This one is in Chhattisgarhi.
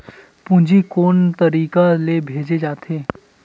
पूंजी कोन कोन तरीका ले भेजे जाथे?